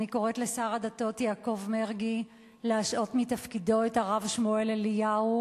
אני קוראת לשר הדתות יעקב מרגי להשעות את הרב שמואל אליהו